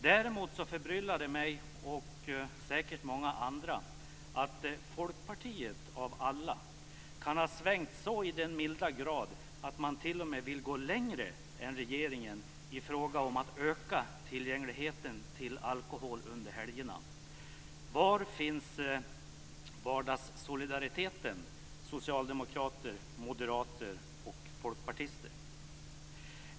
Däremot förbryllar det mig och säkert många andra att man i Folkpartiet av alla kan ha svängt så till den milda grad att man t.o.m. vill gå längre än regeringen i fråga om att öka tillgängligheten till alkohol under helgerna. Var finns vardagssolidariteten, socialdemokrater, moderater och folkpartister?